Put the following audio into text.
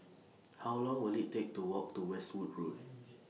How Long Will IT Take to Walk to Westwood Road